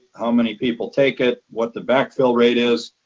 how many people take it, what the backfill rate is,